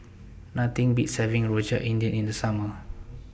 Nothing Beats having Rojak India in The Summer